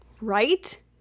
Right